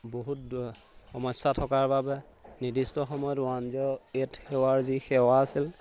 বহুত সমস্যা থকাৰ বাবে নিৰ্দিষ্ট সময়ত ওৱান জিৰ' এইট সেৱাৰ যি সেৱা আছিল